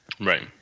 Right